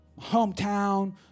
hometown